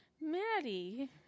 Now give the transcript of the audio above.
Maddie